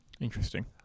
Interesting